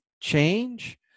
change